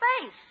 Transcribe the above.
space